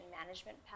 management